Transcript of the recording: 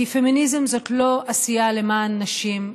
כי פמיניזם זה לא עשייה למען נשים.